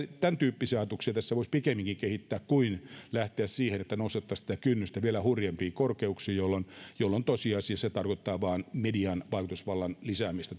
tämäntyyppisiä ajatuksia tässä voisi kehittää pikemminkin kuin lähteä siihen että nostettaisiin sitä kynnystä vielä hurjempiin korkeuksiin jolloin jolloin tosiasiassa se tarkoittaa vain median vaikutusvallan lisäämistä